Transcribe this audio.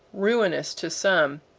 ruinous to some,